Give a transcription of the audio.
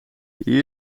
hier